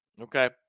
Okay